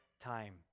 time